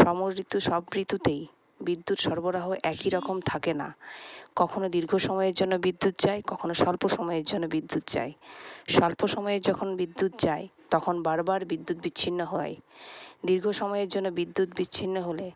সম ঋতু সব ঋতুতেই বিদ্যুৎ সরবরাহ একইরকম থাকেনা কখনও দীর্ঘ সময়ের জন্য বিদ্যুৎ যায় কখনও স্বল্প সময়ের জন্য বিদ্যুৎ যায় স্বল্প সময়ে যখন বিদ্যুৎ যায় তখন বারবার বিদ্যুৎ বিচ্ছিন্ন হয় দীর্ঘ সময়ের জন্য বিদ্যুৎ বিচ্ছিন্ন হলে